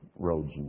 Roads